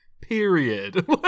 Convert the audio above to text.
period